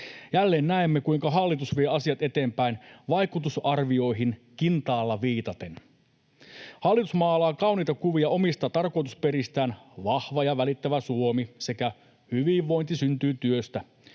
Jälleen näemme, kuinka hallitus vie asiat eteenpäin vaikutusarvioihin kintaalla viitaten. Hallitus maalaa kauniita kuvia omista tarkoitusperistään ”vahva ja välittävä Suomi” sekä ”hyvinvointi syntyy työstä”.